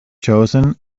chosen